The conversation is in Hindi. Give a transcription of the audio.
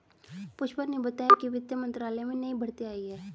पुष्पा ने बताया कि वित्त मंत्रालय में नई भर्ती आई है